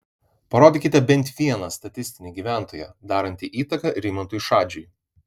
parodykite bent vieną statistinį gyventoją darantį įtaką rimantui šadžiui